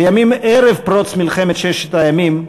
בימים ערב פרוץ מלחמת ששת הימים,